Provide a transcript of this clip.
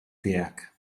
tiegħek